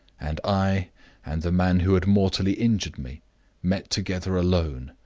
and i and the man who had mortally injured me met together alone,